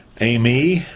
Amy